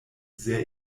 sehr